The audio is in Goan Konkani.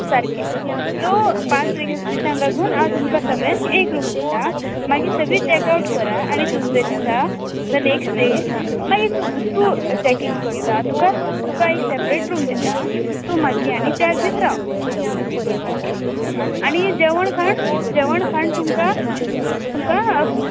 सारकें सो पांच दिसांक लागून तुमकां सगळ्याक एक रूम दितां मागीर सगळीं चॅक ओव्ट करा आनी दुसरे दिसा द नॅकस्ट डे मागीर तू तू चॅकइन करता तुका एक सॅपरेट रूम दिता सो मागीर आनी चार दीस राव ओके आनी जेवण खाण जेवण खाण तुमकां तुमकां अ